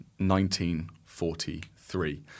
1943